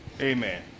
Amen